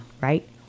Right